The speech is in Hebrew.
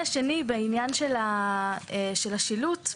לגבי השילוט,